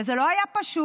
וזה לא היה פשוט,